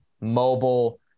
mobile